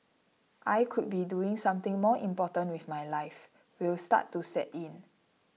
I could be doing something more important with my life will start to set in